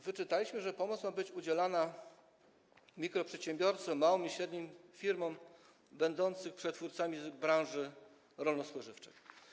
Wyczytaliśmy też, że pomoc ma być udzielana mikroprzedsiębiorcom, małym i średnim firmom, będącym przetwórcami z branży rolno-spożywczej.